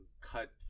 cut